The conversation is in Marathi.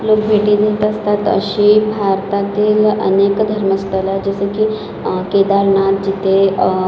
लोक भेटी देत असतात अशी भारतातील अनेक धर्मस्थळं आहे जसं की केदारनाथ जिथे